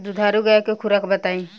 दुधारू गाय के खुराक बताई?